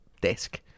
desk